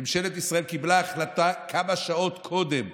ממשלת ישראל קיבלה החלטה כמה שעות קודם,